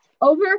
over